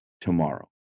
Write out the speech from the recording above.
tomorrow